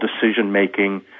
decision-making